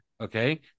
okay